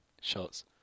shots